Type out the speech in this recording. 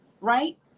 Right